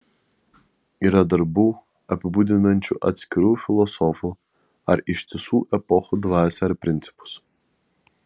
yra darbų apibūdinančių atskirų filosofų ar ištisų epochų dvasią ar principus